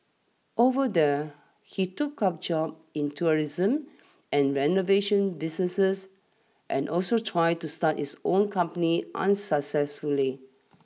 over there he took up jobs in tourism and renovation businesses and also tried to start his own company unsuccessfully